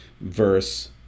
verse